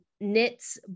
knits